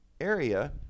area